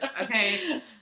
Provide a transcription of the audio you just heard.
okay